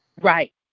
Right